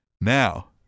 Now